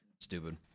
stupid